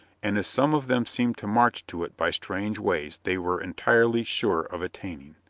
and if some of them seemed to march to it by strange ways they were entirely sure of attaining.